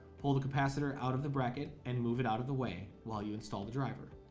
pull the capacitor out of the bracket and move it out of the way while you install the driver